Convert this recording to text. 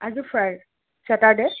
আজি Friday Saturday